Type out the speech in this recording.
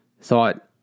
thought